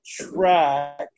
track